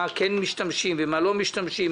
מה כן משתמשים ומה לא משתמשים.